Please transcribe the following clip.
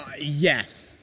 Yes